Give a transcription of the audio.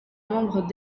membres